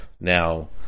now